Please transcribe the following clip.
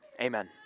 Amen